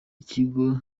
ikigo